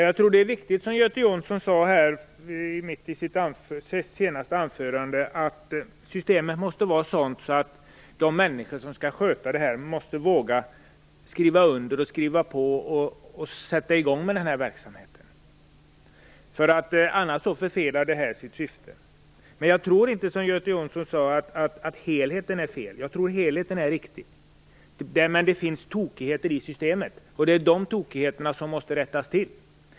Fru talman! Det som Göte Jonsson sade i sitt senaste anförande är viktigt, dvs. att systemet måste vara sådant att de människor som skall sköta detta måste våga att skriva på och sätta i gång med verksamheten. Annars blir syftet förfelat. Jag tror inte som Göte Jonsson att det är fel på helheten. Den är riktig, men det finns tokigheter i systemet och det är dessa tokigheter som måste rättas till.